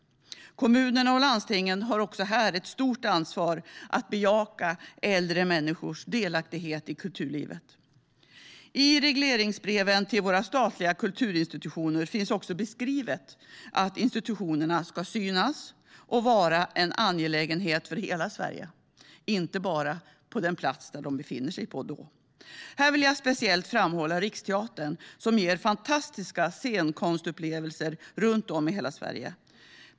Kommunerna och landstingen har också här ett stort ansvar att bejaka äldre människors delaktighet i kulturlivet. I regleringsbreven till våra statliga kulturinstitutioner finns också beskrivet att institutionerna ska synas och vara en angelägenhet för hela Sverige, inte bara den plats de befinner sig på. Här vill jag speciellt framhålla Riksteatern, som ger fantastiska scenkonstupplevelser runt om i hela Sverige.